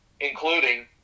including